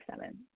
seven